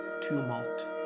tumult